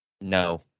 no